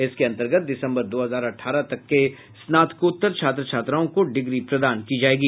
इसके अन्तर्गत दिसम्बर दो हजार अठारह तक के स्नातकोत्तर छात्र छात्राओं को डिग्री प्रदान की जायेगी